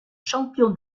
champion